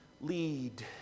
Lead